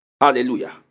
hallelujah